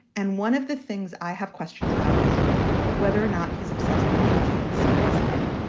and one of the things i have questions about is whether or not. he's obsessed with being taken seriously.